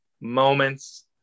moments